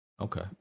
Okay